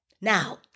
Now